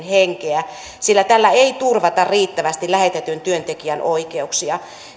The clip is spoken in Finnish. henkeä sillä tällä ei turvata riittävästi lähetetyn työntekijän oikeuksia